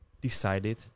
decided